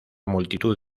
multitud